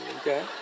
Okay